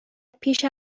پیش